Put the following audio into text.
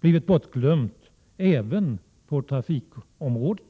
blivit bortglömd även på trafikområdet?